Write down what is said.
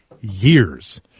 years